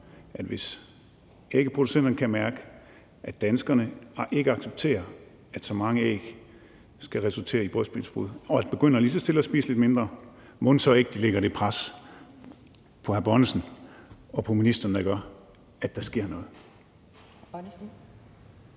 at ægproducenterne kan mærke, at danskerne ikke accepterer, at æglægning skal resultere i brystbensbrud, og lige så stille begynder at spise lidt færre æg. Mon det så ikke lægger det pres på hr. Erling Bonnesen og på ministeren, der gør, at der sker noget.